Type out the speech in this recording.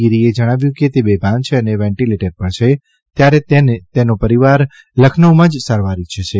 ગીરીએ જણાવ્યું કે તે બેભાન છે અને વેન્ટીલેટર પર છે ત્યારે તોને પરિવાર લખનઉમાં જ સારવાર ઇચ્છે છે